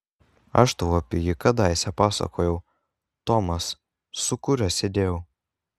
aš tau apie jį kadaise pasakojau tomas su kuriuo sėdėjau